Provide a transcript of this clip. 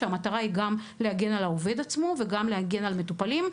כשהמטרה היא גם להגן על העובד עצמו וגם להגן על המטופלים.